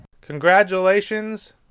Congratulations